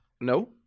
no